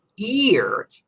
ear